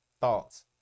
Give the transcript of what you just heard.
thoughts